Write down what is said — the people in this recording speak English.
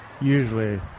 usually